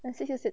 I sit sit sit